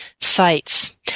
sites